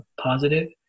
positive